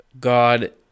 God